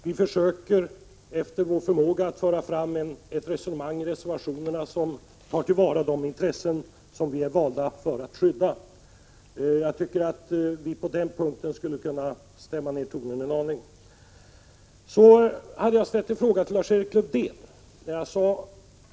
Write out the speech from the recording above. Vi försöker, efter vår förmåga, att föra fram ett resonemang i reservationerna som tar till vara de intressen som vi är valda att skydda. Lars-Erik Lövdén skulle på denna punkt kunna stämma ned tonen en aning. Jag hade ställt en fråga till Lars-Erik Lövdén.